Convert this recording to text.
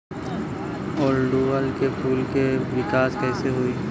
ओड़ुउल के फूल के विकास कैसे होई?